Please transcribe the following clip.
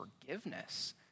forgiveness